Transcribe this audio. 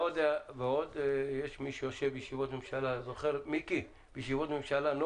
עוד לפני כן, ח"כ מיקי לוי.